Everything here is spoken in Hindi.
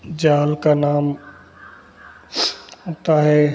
जाल का नाम होता है